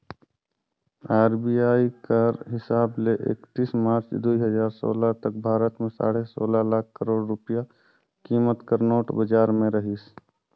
RBI कर हिसाब ले एकतीस मार्च दुई हजार सोला तक भारत में साढ़े सोला लाख करोड़ रूपिया कीमत कर नोट बजार में रहिस